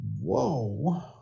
Whoa